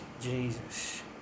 Jesus